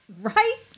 Right